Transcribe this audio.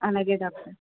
అలాగే డాక్టర్